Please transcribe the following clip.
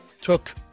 Took